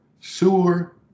sewer